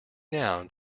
now